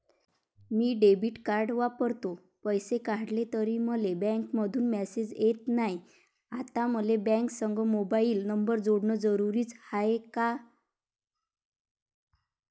मी debit card वापरतो, पैसे काढले तरी मले बँकेमंधून मेसेज येत नाय, आता मले बँकेसंग मोबाईल नंबर जोडन जरुरीच हाय का?